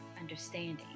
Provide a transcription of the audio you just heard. understanding